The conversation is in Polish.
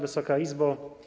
Wysoka Izbo!